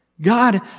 God